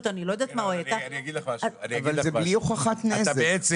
או הייתה --- אבל זה בלי הוכחת נזק.